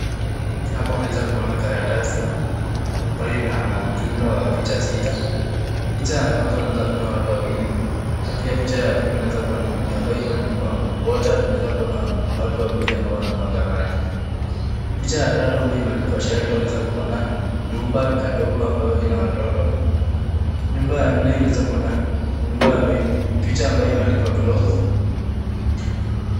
Hapa unaweza kuona karatasi ambayo ina jumla ya picha sita. Picha ya kwanza unaweza kuona watu wawili. Na pia picha ya pili unaweza kuona imeandikwa water , watu wawili ambao wanamwaga maji. Picha ya tatu ambayo imeandikwa shelter , unaweza kuona nyumba kadogo ambayo ina watoto. Picha ambayo imeandikwa cloth ...